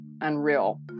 unreal